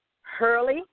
Hurley